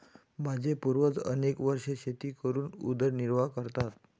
माझे पूर्वज अनेक वर्षे शेती करून उदरनिर्वाह करतात